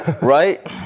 right